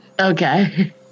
Okay